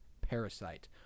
parasite